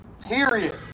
Period